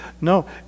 No